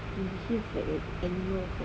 he behave like a animal sia